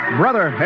brother